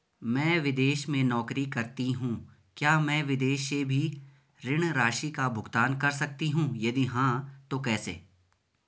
मैं विदेश में नौकरी करतीं हूँ क्या मैं विदेश से भी ऋण राशि का भुगतान कर सकती हूँ यदि हाँ तो कैसे?